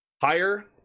Higher